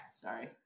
Sorry